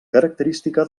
característica